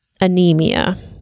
anemia